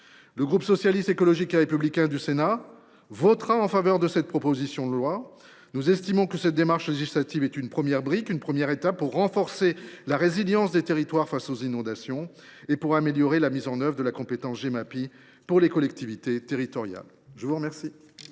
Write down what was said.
Le groupe Socialiste, Écologiste et Républicain votera en faveur de cette proposition de loi. Cette démarche législative est une première brique et une première étape pour renforcer la résilience des territoires face aux inondations et pour améliorer la mise en œuvre de la compétence Gemapi par les collectivités territoriales. Très bien